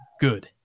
good